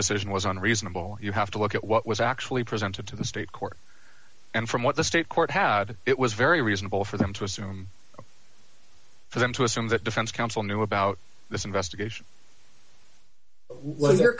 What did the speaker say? decision was unreasonable you have to look at what was actually presented to the state court and from what the state court had it was very reasonable for them to assume for them to assume that defense counsel knew about this investigation w